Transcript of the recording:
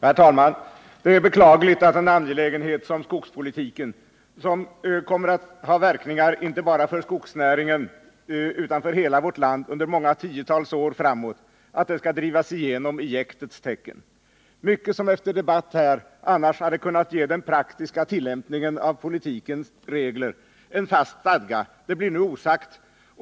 Herr talman! Det är beklagligt att skogspolitiken, som kommer att ha verkningar inte bara för skogsnäringen utan för hela vårt land under många tiotal år framåt, skall drivas igenom i jäktets tecken. Mycket som efter debatt här annars hade kunnat ge den praktiska tillämpningen av lagens regler en fast stadga blir nu osagt.